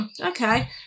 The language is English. okay